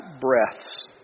breaths